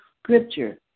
scripture